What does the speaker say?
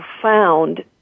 profound